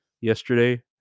yesterday